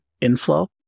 inflow